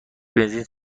بنزین